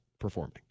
performing